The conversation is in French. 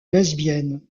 lesbiennes